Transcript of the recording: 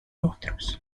otros